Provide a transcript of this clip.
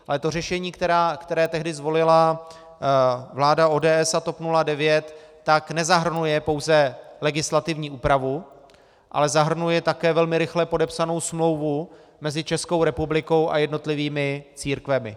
Ale řešení, které tehdy zvolila vláda ODS a TOP 09, nezahrnuje pouze legislativní úpravu, ale zahrnuje také velmi rychle podepsanou smlouvu mezi Českou republikou a jednotlivými církvemi.